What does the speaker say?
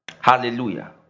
hallelujah